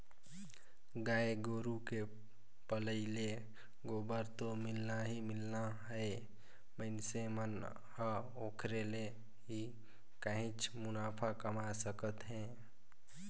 गाय गोरु के पलई ले गोबर तो मिलना ही मिलना हे मइनसे मन ह ओखरे ले ही काहेच मुनाफा कमा सकत हे